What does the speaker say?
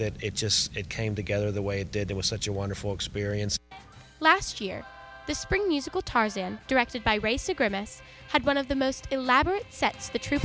that it just it came together the way it did there was such a wonderful experience last year the spring musical tarzan directed by race a grimace had one of the most elaborate sets the tr